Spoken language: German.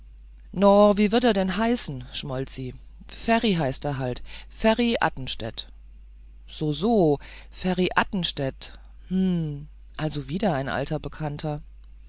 no wie wird er denn heißen schmollt sie ferri heißt er halt ferri athenstädt so so ferri athenstädt hm also wieder ein alter bekannter